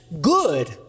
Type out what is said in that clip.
good